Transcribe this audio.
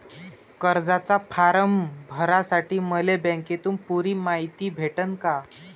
कर्जाचा फारम भरासाठी मले बँकेतून पुरी मायती भेटन का?